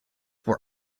were